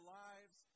lives